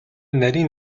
нарийн